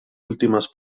últimas